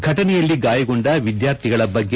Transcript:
ಫಟನೆಯಲ್ಲಿ ಗಾಯಗೊಂಡ ವಿದ್ಲಾರ್ಥಿಗಳ ಬಗ್ಗೆ